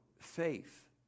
faith